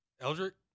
Eldrick